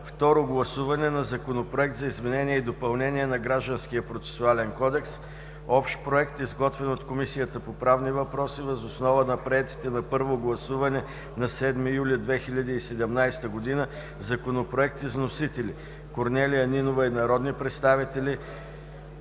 Второ гласуване на Законопроект за изменение и допълнение на Гражданският процесуален кодекс – Общ проект, изготвен от Комисията по правни въпроси въз основа на приетите на първо гласуване на 7 юли 2017 г. законопроекти с вносители: Корнелия Нинова и народни представители